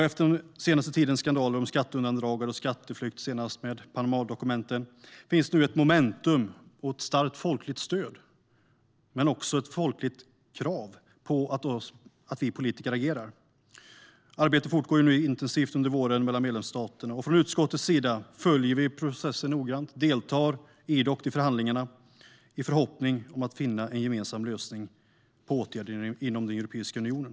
Efter den senaste tidens skandaler om skatteundandragande och skatteflykt, senast med Panamadokumenten, finns nu ett momentum. Det finns ett starkt folkligt stöd för, men också ett folkligt krav på, att vi politiker agerar. Arbetet fortgår intensivt mellan medlemsstaterna under våren, och från utskottets sida följer vi processen noggrant. Vi deltar idogt i förhandlingarna, i förhoppning om att finna en gemensam lösning med åtgärder inom Europeiska unionen.